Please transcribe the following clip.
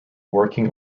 working